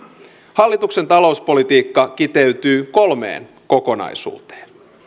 hallituksen talouspolitiikka kiteytyy kolmeen kokonaisuuteen